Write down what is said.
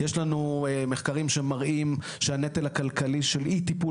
יש לנו מחקרים שמראים שהנטל הכלכלי של אי טיפול